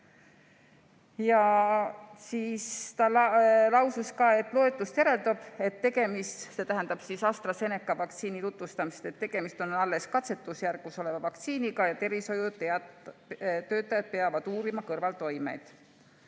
ta lausus ka, et loetust järeldub, st AstraZeneca vaktsiini tutvustamisest, et tegemist on alles katsetusjärgus oleva vaktsiiniga ja tervishoiutöötajad peavad uurima kõrvaltoimeid.